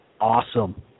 awesome